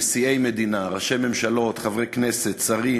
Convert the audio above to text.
נשיאי מדינה, ראשי ממשלות, חברי כנסת, שרים,